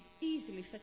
easily